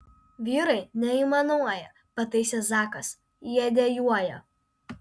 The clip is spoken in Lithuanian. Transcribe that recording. vyrai neaimanuoja pataisė zakas jie dejuoja